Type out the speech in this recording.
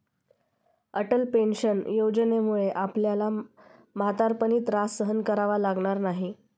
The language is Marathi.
अटल पेन्शन योजनेमुळे आपल्याला म्हातारपणी त्रास सहन करावा लागणार नाही